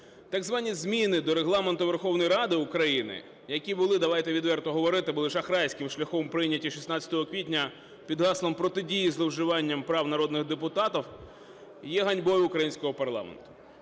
Так звані зміни до Регламенту Верховної Ради України, які були, давайте відверто говорити, були шахрайським шляхом прийняті 16 квітня під гаслом протидії зловживанням прав народних депутатів, є ганьбою українського парламенту.